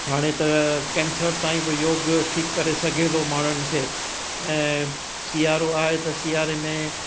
हाणे त कैंसर ताईं बि योग ठीकु करे सघे थो माण्हुनि खे ऐं सियारो आहे त सियारे में